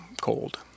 cold